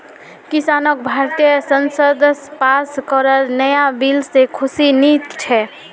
किसानक भारतीय संसद स पास कराल नाया बिल से खुशी नी छे